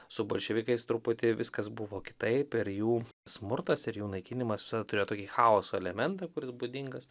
su bolševikais truputį viskas buvo kitaip ir jų smurtas ir jų naikinimas turėjo tokį chaoso elementą kuris būdingas